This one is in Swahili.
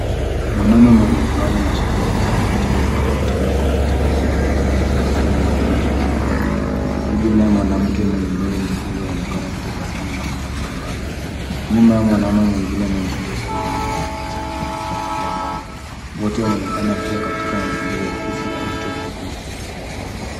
Mwanaume mwenye miwani na shati la samawati anaonekana akitumia kompyuta yake ndogo akitabasamu na kuonyesha utulivu .Karibu anaye mwanamke mwenye nywele nyekundu anaonekana akitabasamu na kuangalia mbali , nyuma yao mwanaume mwingine mwenye ndevu ana egemea kiti chake akiangalia mbali. Wote wanaonekana wakiwa katika mazingira ya ofisi au chuo kikuu.